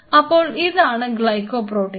അപ്പോൾ ഇതാണ് ഗ്ലൈക്കോപ്രോട്ടീൻസ്